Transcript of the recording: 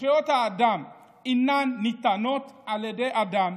זכויות האדם אינן ניתנות על ידי אדם,